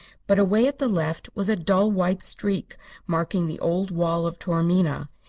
but away at the left was a dull white streak marking the old wall of taormina,